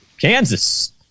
Kansas